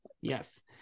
Yes